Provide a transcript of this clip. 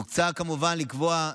מוצע כמובן לקבוע,